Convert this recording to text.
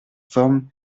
formes